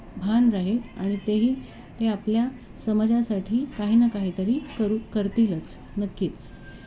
भान राहील आणि तेही ते आपल्या समाजासाठी काही ना काहीतरी करू करतीलच नक्कीच